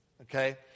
okay